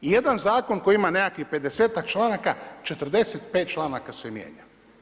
I jedan zakon koji ima nekakvih pedesetak članaka 45 članaka se mijenja.